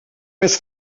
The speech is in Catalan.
més